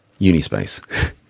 unispace